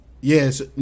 Yes